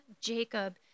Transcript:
Jacob